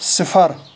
صِفَر